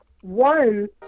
One